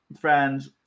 friends